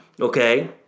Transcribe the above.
Okay